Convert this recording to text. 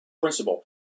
principle